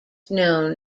known